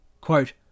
Quote